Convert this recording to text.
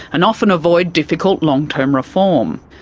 and often avoid difficult long-term reform.